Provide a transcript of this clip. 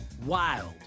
Wild